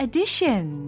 Edition